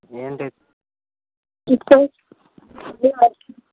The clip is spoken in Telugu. ఏమిటి